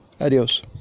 Adios